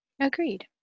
Agreed